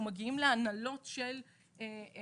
אנחנו מגיעים להנהלות של מעסיקים.